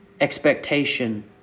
expectation